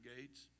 Gates